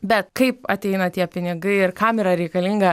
bet kaip ateina tie pinigai ir kam yra reikalinga